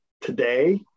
today